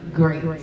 great